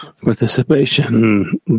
participation